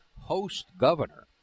post-governor